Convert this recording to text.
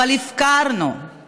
אבל הפקרנו,